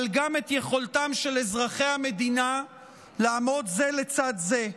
אבל גם את יכולתם של אזרחי המדינה לעמוד זה לצד זה,